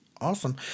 awesome